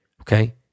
okay